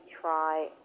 try